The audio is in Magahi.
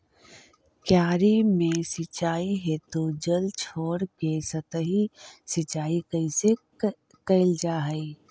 क्यारी में सिंचाई हेतु जल छोड़के सतही सिंचाई कैल जा हइ